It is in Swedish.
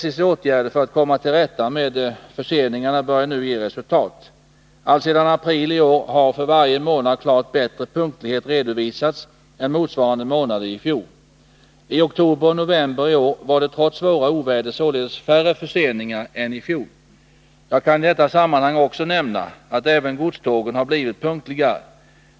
SJ:s åtgärder för att komma till rätta med förseningarna börjar nu ge resultat. Alltsedan april i år har för varje månad klart bättre punktlighet redovisats än motsvarande månader i fjol. I oktober och november i år var det trots svåra oväder således färre förseningar än i fjol. Jag kan i detta sammanhang också nämna att även godstågen har blivit punktligare.